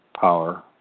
Power